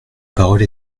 parole